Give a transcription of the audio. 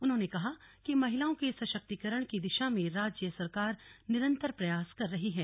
उन्होंने कहा कि महिलाओं के सशक्तिकरण की दिशा में राज्य सरकार निरंतर प्रयास कर रही है